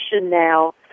now